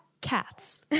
Cats